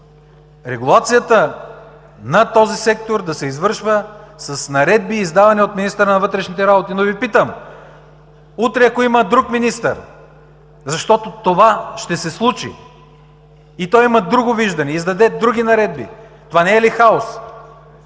регулацията на този сектор да се извършва с наредби, издавани от министъра на вътрешните работи. Но Ви питам: утре, ако има друг министър, защото това ще се случи, и той има друго виждане, издаде други наредби, това не е ли хаос?